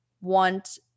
want